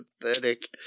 pathetic